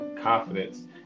confidence